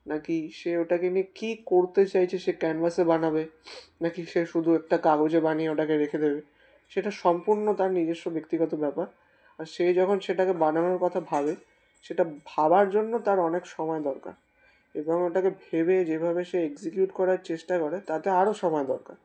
না কি সে ওটাকে নিয়ে কী করতে চাইছে সে ক্যানভাসে বানাবে না কি সে শুধু একটা কাগজে বানিয়ে ওটাকে রেখে দেবে সেটা সম্পূর্ণ তার নিজস্ব ব্যক্তিগত ব্যাপার আর সে যখন সেটাকে বানানোর কথা ভাবে সেটা ভাবার জন্য তার অনেক সময় দরকার এবং ওটাকে ভেবে যেভাবে সে এক্সিকিউট করার চেষ্টা করে তাতে আরও সময় দরকার